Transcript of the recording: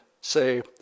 say